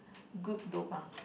good lobang